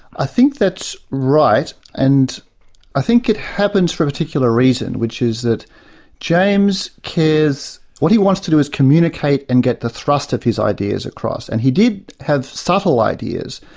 i think that's right, and i think it happens for a particular reason, which is that james cares. what he wants to do is communicate and get the thrust of his ideas across. and he did have subtle ideas,